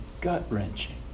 gut-wrenching